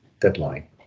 deadline